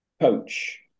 coach